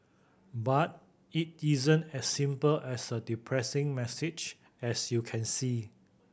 but it isn't as simple as a depressing message as you can see